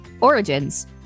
Origins